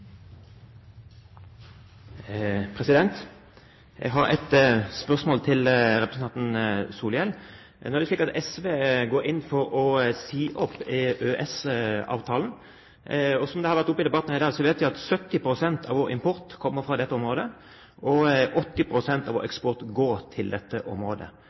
representanten Solhjell. SV går inn for å si opp EØS-avtalen. Som det har vært oppe i debatten her i dag, kommer 70 pst. av vår import fra dette området, og 80 pst. av vår eksport går til dette området,